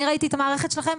אני ראיתי את המערכת שלכם,